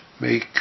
Make